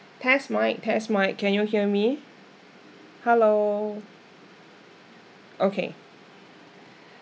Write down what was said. test mic test mic can you hear me hello okay